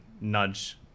nudge